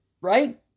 right